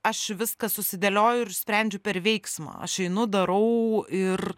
aš viską susidėlioju ir išsprendžiu per veiksmą aš einu darau ir